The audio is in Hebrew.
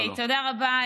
תודה רבה.